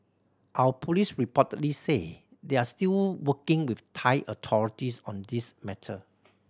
our police reportedly say they are still working with Thai authorities on this matter